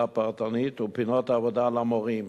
פרטניות ופינות עבודה למורים